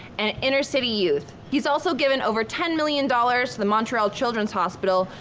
and inner city youth. he is also given over ten million dollars to the montreal children hospital,